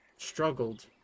struggled